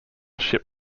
shipp